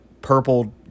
purple